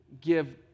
give